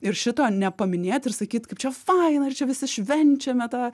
ir šito nepaminėt ir sakyt kaip čia faina ir čia visi švenčiame tą